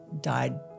died